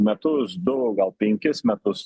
metus du o gal penkis metus